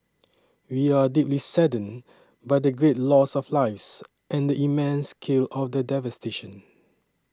we are deeply saddened by the great loss of lives and the immense scale of the devastation